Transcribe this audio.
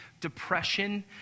depression